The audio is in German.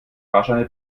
fahrscheine